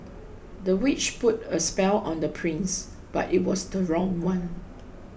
the witch put a spell on the prince but it was the wrong one